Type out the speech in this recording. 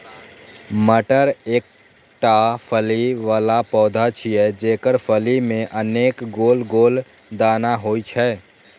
मटर एकटा फली बला पौधा छियै, जेकर फली मे अनेक गोल गोल दाना होइ छै